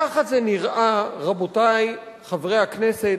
ככה זה נראה, רבותי חברי הכנסת,